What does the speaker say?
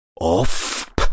Off